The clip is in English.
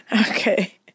Okay